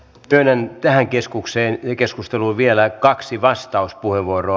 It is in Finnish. myönnän tähän keskusteluun vielä kaksi vastauspuheenvuoroa